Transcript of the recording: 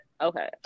Okay